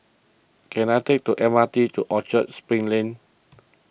can I take the M R T to Orchard Spring Lane